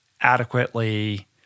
adequately